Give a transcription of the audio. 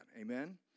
Amen